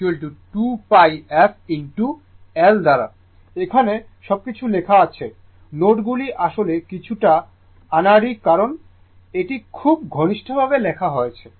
এখানে সবকিছু লেখা আছে নোটগুলি আসলে কিছুটা আনাড়ি কারণ এখানে খুব ঘনিষ্ঠভাবে লেখা হয়েছে